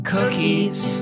Cookies